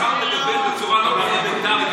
השר מדבר בצורה לא פרלמנטרית.